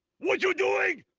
what you doing?